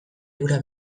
hura